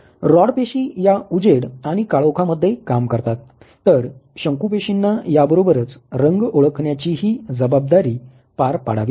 rod पेशी या उजेड आणि काळोखामध्ये काम करतात तर शंकू पेशीना याबरोबरच रंग ओळखण्याची ही जबाबदारी पार पाडावी लागते